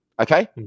okay